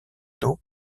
tôt